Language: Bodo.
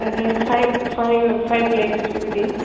माने फाइभ फाइभ फाइभ लाखस बिदि